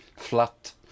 Flat